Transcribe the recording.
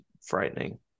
frightening